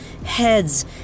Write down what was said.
Heads